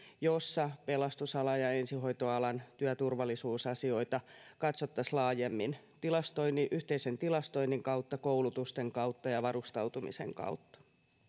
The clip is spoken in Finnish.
jossa pelastusalan ja ensihoitoalan työturvallisuusasioita katsottaisiin laajemmin yhteisen tilastoinnin kautta koulutusten kautta ja varustautumisen kautta